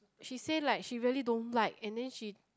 she said like she really don't like and then she